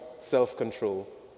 self-control